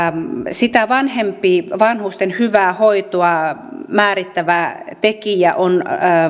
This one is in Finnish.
sitä vanhempi vanhusten hyvää hoitoa määrittävä tekijä on